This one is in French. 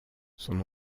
son